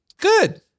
Good